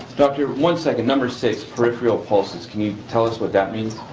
doctor one second, number six, peripheral pulses. can you tell us what that means?